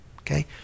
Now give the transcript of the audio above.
Okay